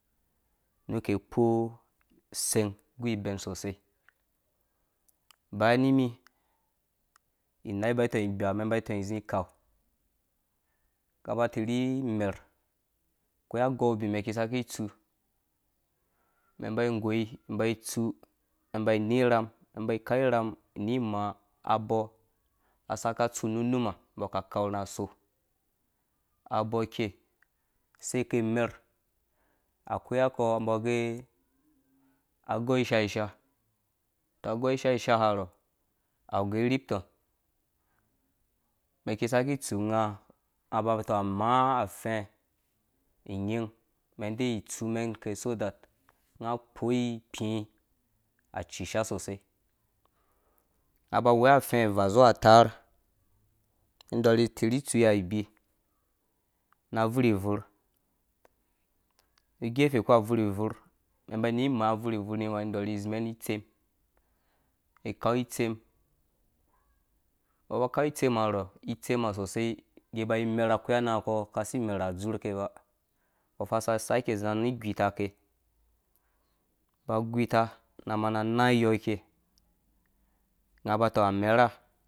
Mɛn ki kpoo seng igubɛn sosei baya nimi inai ba tɔng igba mɛn ba tɔng zi kau nga ba tirhi mɛr akwai agou mbi mɛn ki saki itsu mɛn ba goi mbai tsumɛn bani rham mɛn ba kau irham abɔɔ asaka tsu nu numa mbɔ ka kau rha so abɔɔ kei sei ke mer akwai ago mbɔ gɛ agouishasha tɔ agou ishasha harɔ awu gɛrhipton mɛn ki saki tsu nga nga ba atɔng amaanga afɛɛ inyin mɛn dɛ tsumɛn akɛ so that nga kpo ikpii acisha so sei nga bawu afɛ avaa zuwa ataar mɛn irhi torhi tsui aibi na bvurbuur na gefe kpu abvurbuur mɛn ba ni maa abvurbuur nu mani dɔrhi zi mɛn ni itsem ikau itsem mbɔ kau itsem har itsen sosei nggeɔ ba imer akwai arg anangakɔ ka si mɛr a dzurke ba mbo buui sake zi ani gwiitake ba gwiita na mana naa iyɔ kɛi nga ba tɔng amerha.